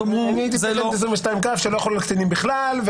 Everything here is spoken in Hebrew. אני הייתי כותב בסעיף 22כ שלא יחול על קטינים בכלל.